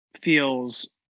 feels